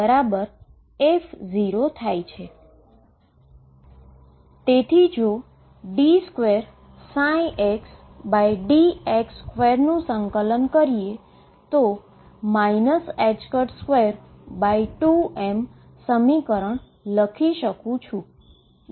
તેથી જો d2xdx2 નુ ઈન્ટીગ્રેટેડ કરીએ તો 22m સમીકરણ લખી શકુ છુ